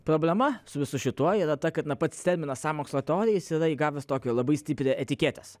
problema su visu šituo yra ta kad na pats terminas sąmokslo teorija jis yra įgavęs tokią labai stiprią etiketės